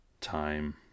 time